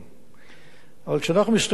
אבל כשאנחנו מסתכלים על היום, למשל,